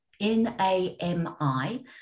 N-A-M-I